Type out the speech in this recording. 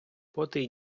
потий